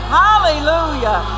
hallelujah